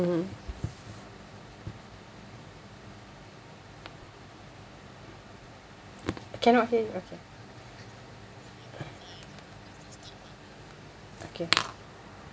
mmhmm cannot hear you okay okay